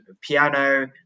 piano